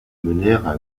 menèrent